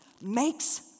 makes